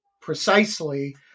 precisely